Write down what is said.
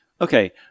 Okay